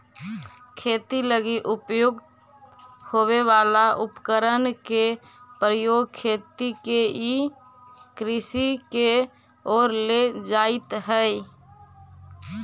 खेती लगी उपयुक्त होवे वाला उपकरण के प्रयोग खेती के ई कृषि के ओर ले जाइत हइ